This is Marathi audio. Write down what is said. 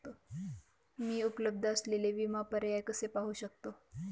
मी उपलब्ध असलेले विमा पर्याय कसे पाहू शकते?